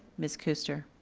ms. kuester.